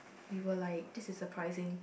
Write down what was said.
we were like this is surprising